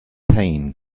pain